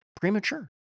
premature